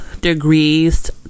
degrees